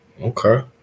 Okay